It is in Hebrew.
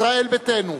ישראל ביתנו,